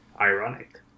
ironic